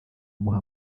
amuha